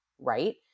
right